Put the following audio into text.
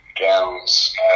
gowns